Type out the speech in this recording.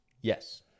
Yes